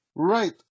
Right